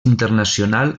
internacional